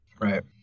Right